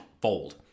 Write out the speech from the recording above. fold